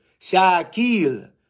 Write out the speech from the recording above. Shaquille